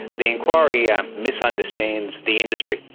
the inquiry yeah misunderstands the industry.